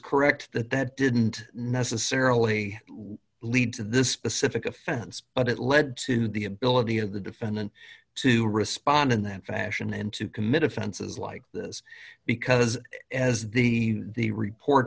correct that that didn't necessarily lead to this specific offense but it led to the ability of the defendant to respond in that fashion and to commit offenses like this because as the the report